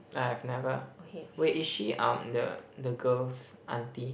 I have never wait is she um the the girl's auntie